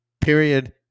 period